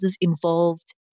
involved